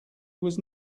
was